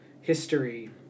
history